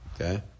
Okay